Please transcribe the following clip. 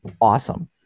Awesome